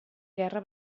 guerra